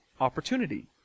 opportunity